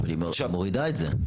היא אומרת שהיא מורידה את זה.